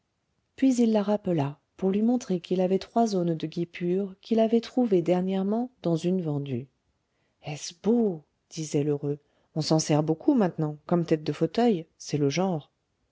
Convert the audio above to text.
puis il la rappela pour lui montrer trois aunes de guipure qu'il avait trouvées dernièrement dans une vendue est-ce beau disait lheureux on s'en sert beaucoup maintenant comme têtes de fauteuils c'est le genre